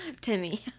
Timmy